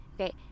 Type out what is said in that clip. Okay